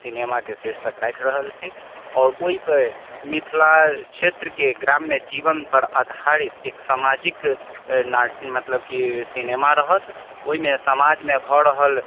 सिनेमाके शीर्षक राखि रहल छी आओर ओहिपर मिथिला क्षेत्रके ग्राम्य जीवनपर आधारित एक सामाजिक मतलब कि सिनेमा रहत ओहिमे समाजमे भऽ रहल